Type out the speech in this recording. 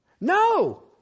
No